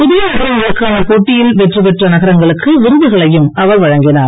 புதிய நகரங்களுக்கான போட்டியில் வெற்றி பெற்ற நகரங்களுக்கு விருதுகளையும் அவர் வழங்கினார்